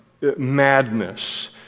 madness